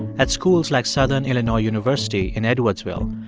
at schools like southern illinois university in edwardsville,